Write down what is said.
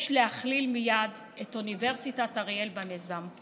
יש להכליל מייד את אוניברסיטת אריאל במיזם.